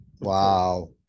Wow